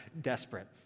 desperate